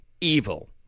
evil